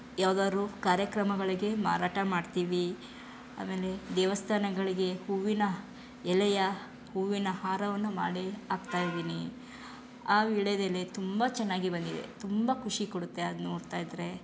ಯಾವ್ದಾದ್ರು ಕಾರ್ಯಕ್ರಮಗಳಿಗೆ ಮಾರಾಟ ಮಾಡ್ತೀವಿ ಆಮೇಲೆ ದೇವಸ್ಥಾನಗಳಿಗೆ ಹೂವಿನ ಎಲೆಯ ಹೂವಿನ ಹಾರವನ್ನು ಮಾಡಿ ಹಾಕ್ತಾ ಇದ್ದೀನಿ ಆ ವೀಳ್ಯದೆಲೆ ತುಂಬ ಚೆನ್ನಾಗಿ ಬಂದಿದೆ ತುಂಬ ಖುಷಿ ಕೊಡುತ್ತೆ ಅದು ನೋಡ್ತಾ ಇದ್ದರೆ